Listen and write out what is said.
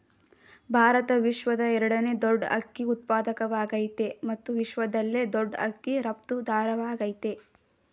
ಭಾರತ ವಿಶ್ವದ ಎರಡನೇ ದೊಡ್ ಅಕ್ಕಿ ಉತ್ಪಾದಕವಾಗಯ್ತೆ ಮತ್ತು ವಿಶ್ವದಲ್ಲೇ ದೊಡ್ ಅಕ್ಕಿ ರಫ್ತುದಾರವಾಗಯ್ತೆ